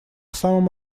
самом